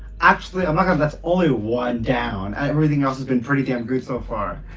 actually i'm not gonna that's only one down everything else has been pretty damn good so far.